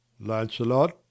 Lancelot